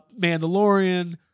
*Mandalorian*